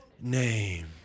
name